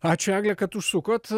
ačiū egle kad užsukot